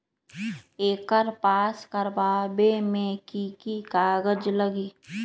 एकर पास करवावे मे की की कागज लगी?